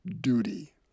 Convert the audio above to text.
duty